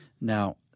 Now